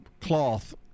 cloth